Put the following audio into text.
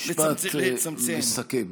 משפט מסכם.